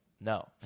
no